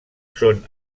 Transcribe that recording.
són